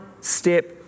step